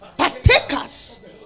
Partakers